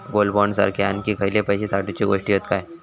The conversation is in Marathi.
गोल्ड बॉण्ड सारखे आणखी खयले पैशे साठवूचे गोष्टी हत काय?